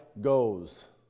goes